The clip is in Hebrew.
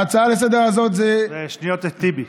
ההצעה לסדר-היום הזו היא, אלה שניות לטיבי.